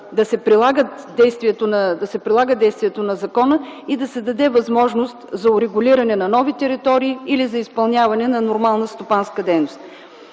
да се прилага действието на закона и да се даде възможност за урегулиране на нови територии или за изпълняване на нормална стопанска дейност.